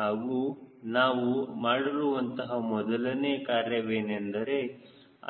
ಹಾಗೂ ನಾವು ಮಾಡಿರುವಂತಹ ಮೊದಲನೇ ಕಾರ್ಯವೆಂದರೆ